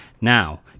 Now